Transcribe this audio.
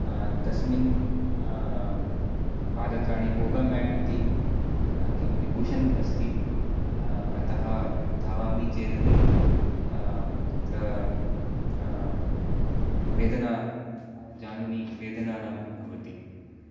तस्मिन् पादत्राणे गोग माट् इति किमपि कुषन् अस्ति अतः धावामि चेदपि तत्र वेदना जानुनि वेदना न भवति